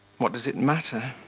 what does it matter?